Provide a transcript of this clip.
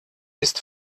ist